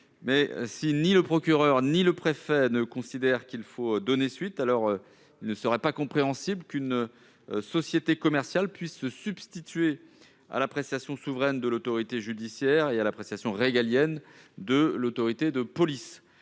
si ni le procureur ni le préfet considère qu'il faut y donner suite, il serait incompréhensible qu'une société commerciale puisse se substituer à l'appréciation souveraine de l'autorité judiciaire et à l'appréciation régalienne de l'autorité de police.